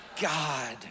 God